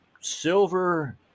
silver